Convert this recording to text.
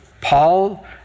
Paul